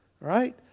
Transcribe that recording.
right